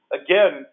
again